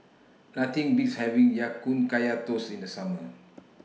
Nothing Beats having Ya Kun Kaya Toast in The Summer